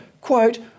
quote